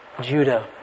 Judah